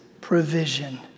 provision